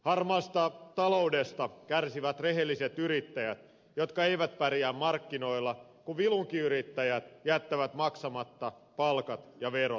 harmaasta taloudesta kärsivät rehelliset yrittäjät jotka eivät pärjää markkinoilla kun vilunkiyrittäjät jättävät maksamatta palkat ja verot